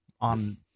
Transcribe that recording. On